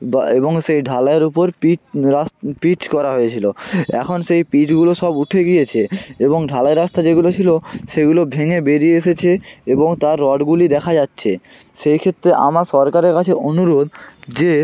বা এবং সেই ঢালাইয়ের উপর পিচ রাস পিচ করা হয়েছিলো এখন সেই পিচগুলো সব উঠে গিয়েছে এবং ঢালাই রাস্তা যেগুলো ছিলো সেগুলো ভেঙে বেরিয়ে এসেছে এবং তার রডগুলি দেখা যাচ্ছে সেইক্ষেত্রে আমার সরকারের কাছে অনুরোধ যে